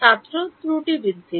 ছাত্র ত্রুটি বৃদ্ধি